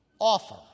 offer